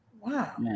Wow